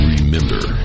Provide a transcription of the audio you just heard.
Remember